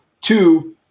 Two